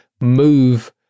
move